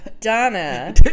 Donna